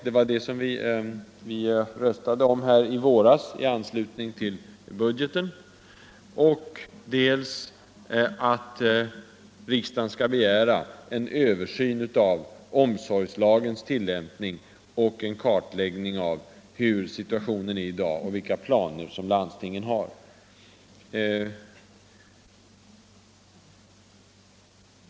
Vi röstade i våras om detta anslag i anslutning till budgetbehandlingen. För det andra föreslår vi att riksdagen skall begära en översyn av omsorgslagens tillämpning och en kartläggning av dagens situation och av landstingens planer på området.